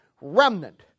remnant